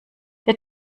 der